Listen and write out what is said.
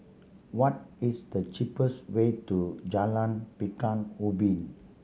what is the cheapest way to Jalan Pekan Ubin